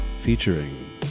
Featuring